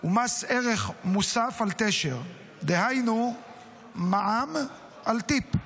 הוא מס ערך מוסף על תשר, דהיינו מע"מ על טיפ.